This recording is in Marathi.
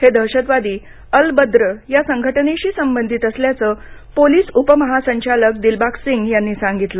हे दहशतवादी अल बद्र संघटनेशी संबंधित असल्याचं पोलिस उपमहासंचालक दिलबाग सिंग यांनी सांगितलं